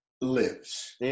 lives